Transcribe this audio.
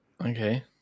Okay